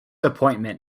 appointment